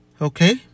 okay